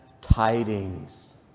tidings